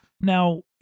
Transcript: Now